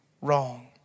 wrong